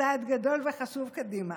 חשוב וגדול קדימה.